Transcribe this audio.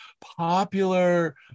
popular